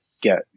get